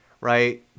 right